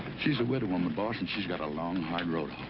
she's a widow woman, boss, and she's got a long, hard road